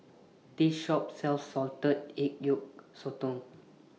This Shop sells Salted Egg Yolk Sotong